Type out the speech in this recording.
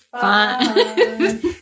fine